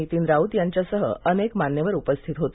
नितीन राऊत यांच्यासह अनेक मान्यवर उपस्थित होते